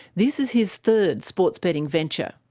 this is his third sports betting venture.